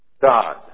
God